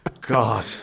god